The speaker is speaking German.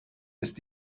ist